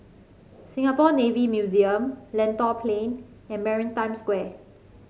Singapore Navy Museum Lentor Plain and Maritime Square